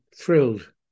thrilled